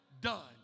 done